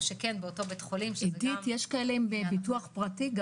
יש כאלה עם ביטוח פרטי,